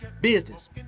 business